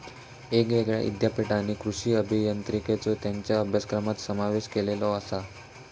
येगयेगळ्या ईद्यापीठांनी कृषी अभियांत्रिकेचो त्येंच्या अभ्यासक्रमात समावेश केलेलो आसा